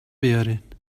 بیارین